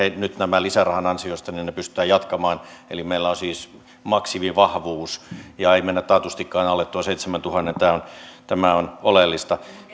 nyt tämän lisärahan ansiosta pystytään jatkamaan meillä on siis maksimivahvuus ja ei mennä taatustikaan alle tuon seitsemäntuhannen tämä on oleellista